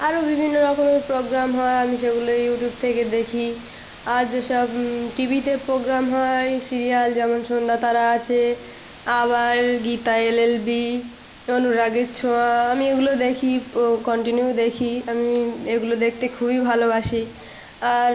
আরো বিভিন্ন রকমের প্রোগ্রাম হয় আমি সেগুলো ইউটিউব থেকে দেখি আর যেসব টিভিতে পোগ্রাম হয় সিরিয়াল যেমন সন্ধ্যাতারা আছে আবার গীতা এলএলবি অনুরাগের ছোঁয়া আমি এগুলোও দেখি কন্টিনিউ দেখি আমি এগুলো দেখতে খুবই ভালোবাসি আর